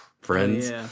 friends